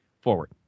Forward